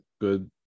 good